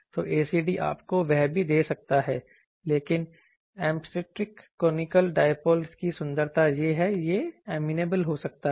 तो ACD आपको वह भी दे सकता है लेकिन एसिम्प्टोटिक कोनिकल डायपोल की सुंदरता यह है कि यह अमैनेबल हो सकता है